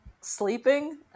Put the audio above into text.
sleeping